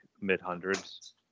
mid-hundreds